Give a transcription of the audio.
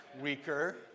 weaker